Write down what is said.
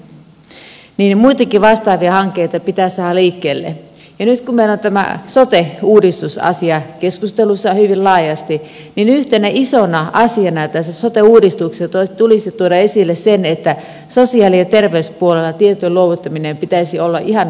muitakin vastaavia hankkeita pitäisi saada liikkeelle ja nyt kun meillä on tämä sote uudistusasia keskustelussa hyvin laajasti yhtenä isona asiana tässä sote uudistuksessa tulisi tuoda esille se että sosiaali ja terveyspuolella tietojen luovuttamisen pitäisi olla ihan toisenlaista